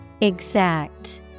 Exact